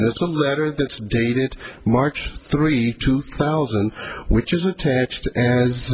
that's dated march three two thousand which is attached as